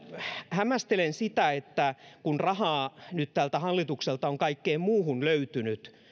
hämmästelen sitä että kun rahaa tältä hallitukselta on nyt kaikkeen muuhun löytynyt